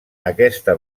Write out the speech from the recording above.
aquesta